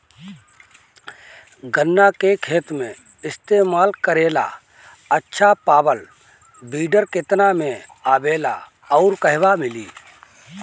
गन्ना के खेत में इस्तेमाल करेला अच्छा पावल वीडर केतना में आवेला अउर कहवा मिली?